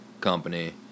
company